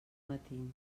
matins